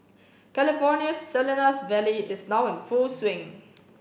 California's Salinas Valley is now in full swing